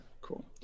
cool